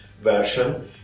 version